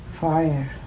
Fire